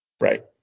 Right